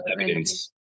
evidence